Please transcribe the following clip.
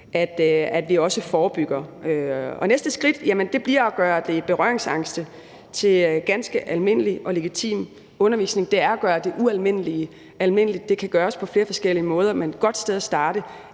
at vi også forebygger. Næste skridt bliver at gøre det, som der er berøringsangst over for, til ganske almindelig og legitim undervisning. Det er at gøre det ualmindelige almindeligt. Det kan gøres på flere forskellige måder, men et godt sted at starte